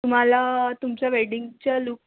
मला तुमच्या वेडिंगच्या लूक